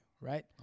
right